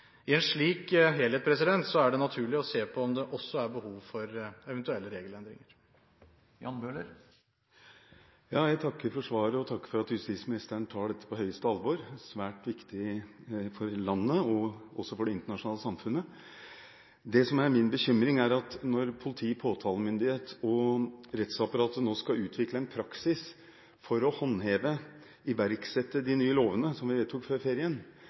I en slik helhet er det naturlig å se på om det også er behov for eventuelle regelendringer. Jeg takker for svaret og for at justisministeren tar dette på det største alvor. Det er svært viktig for landet og også for det internasjonale samfunnet. Det som er min bekymring, er at når politi, påtalemyndighet og rettsapparat nå skal utvikle en praksis for å håndheve og iverksette de nye lovene som vi vedtok før ferien